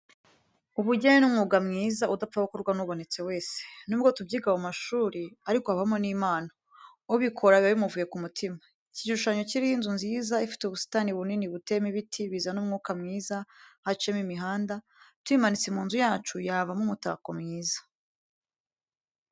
Ubugeni ni umwuga mwiza udapfa gukorwa n'ubonetse wese, nubwo tubyiga mu mashuri ariko habamo n'impano , ubikora biba bimuvuye ku mutima. Iki gishushanyo kiriho inzu nziza ifite ubusitani bunini buteyemo ibiti bizana umwuka mwiza haciye mo imihanda , tuyimanitse mu nzu yacu yavamo umutako mwiza